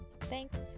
Thanks